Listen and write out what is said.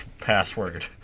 Password